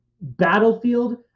battlefield